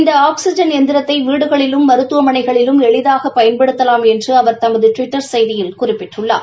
இந்த ஆக்ஸிஜன் எந்திரத்தை வீடுகளிலும் மருத்துவமனைகளிலும் எளிதாக பயன்படுத்தலாம் என்று அவர் தமது டுவிட்டர் செய்தியில் குறிப்பிட்டுள்ளார்